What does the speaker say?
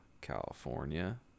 California